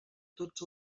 tots